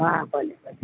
હા ભલે ભલે